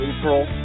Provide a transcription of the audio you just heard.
April